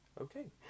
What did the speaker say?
Okay